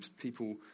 people